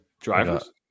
drivers